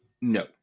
No